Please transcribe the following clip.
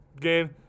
game